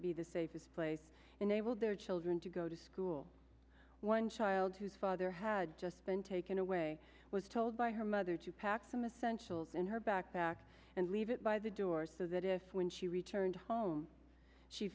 be the safest place in able their children to go to school one child whose father had just been taken away was told by her mother to pack some essentials in her backpack and leave it by the door so that if when she returned home she